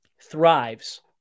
thrives